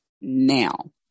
now